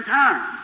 time